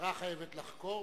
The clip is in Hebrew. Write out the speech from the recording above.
המשטרה חייבת לחקור,